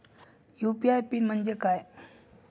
UPI PIN म्हणजे काय?